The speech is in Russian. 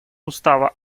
устава